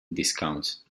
discounts